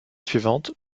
suivante